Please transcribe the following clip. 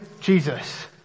Jesus